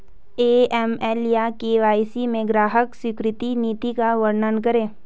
AML या KYC में ग्राहक स्वीकृति नीति का वर्णन करें?